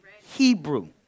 Hebrew